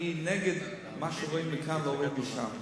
אני נגד, מה שרואים מכאן לא רואים משם.